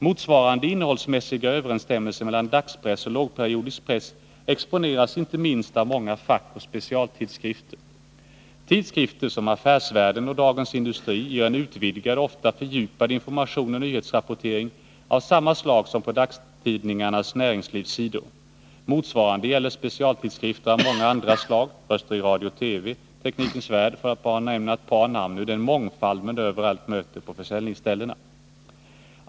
Motsvarande innehållsmässiga överensstämmelse mellan dagspress och lågperiodisk press exponeras inte minst av många fackoch specialtidskrifter. Tidskrifter som Affärsvärlden och Dagens Industri ger en utvidgad och ofta fördjupad information och nyhetsrapportering av samma slag som på dagstidningarnas näringslivssidor. Motsvarande gäller specialtidskrifter av många andra slag — Röster i Radio-TV och Teknikens värld för att bara nämna ett par ur den mångfald man överallt möter på försäljningsställena.